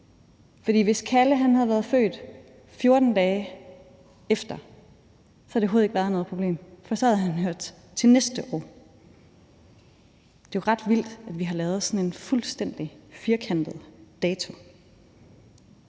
hvis Kalle havde været født 14 dage efter, havde det overhovedet ikke været noget problem, for så havde han hørt til næste år. Det er jo ret vildt, at vi har lavet sådan en fuldstændig firkantet dato.